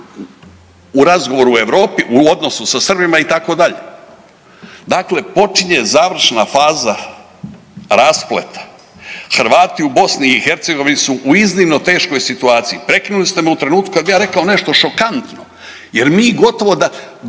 u razgovoru u Europi u odnosu sa Srbima itd. Dakle, počinje završna faza raspleta. Hrvati u Bosni i Hercegovini su u iznimno teškoj situaciji. Prekinuli ste me u trenutku kada bi ja rekao nešto šokantno, jer mi gotovo da